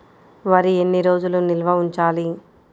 వరి ఎన్ని రోజులు నిల్వ ఉంచాలి?